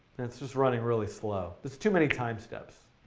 it's just running really slow. there's too many timesteps.